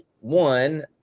one